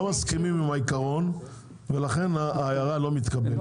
לא מסכימים עם העיקרון ולכן ההערה לא מתקבלת.